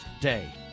Day